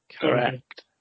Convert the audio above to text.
Correct